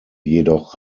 jedoch